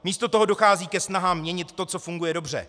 Místo toho dochází ke snahám měnit to, co funguje dobře.